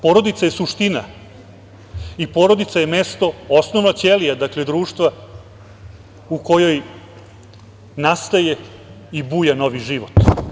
Porodica je suština i porodica je mesto, osnovna ćelija društva u kojoj nastaje i buja novi život.